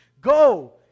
Go